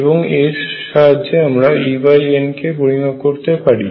এবং এর সাহায্যে আমরা EN কে পরিমাপ করতে পারি